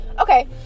Okay